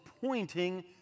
pointing